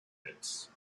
pits